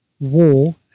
war